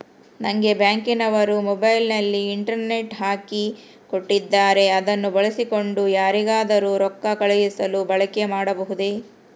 ನಂಗೆ ಬ್ಯಾಂಕಿನವರು ಮೊಬೈಲಿನಲ್ಲಿ ಇಂಟರ್ನೆಟ್ ಹಾಕಿ ಕೊಟ್ಟಿದ್ದಾರೆ ಅದನ್ನು ಬಳಸಿಕೊಂಡು ಯಾರಿಗಾದರೂ ರೊಕ್ಕ ಕಳುಹಿಸಲು ಬಳಕೆ ಮಾಡಬಹುದೇ?